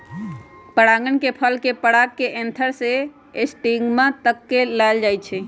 परागण में फल के पराग के एंथर से स्टिग्मा तक ले जाल जाहई